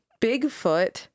Bigfoot